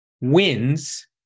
wins